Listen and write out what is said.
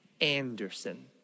Anderson